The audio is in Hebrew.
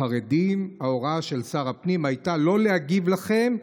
בחרדים, ההוראה של שר הפנים הייתה לא להגיב לכם.